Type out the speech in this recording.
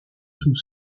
sous